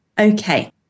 Okay